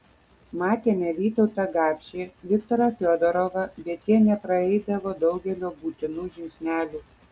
matėme vytautą gapšį viktorą fiodorovą bet jie nepraeidavo daugelio būtinų žingsnelių